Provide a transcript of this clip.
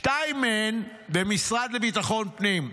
שניים מהם במשרד לביטחון פנים,